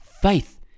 Faith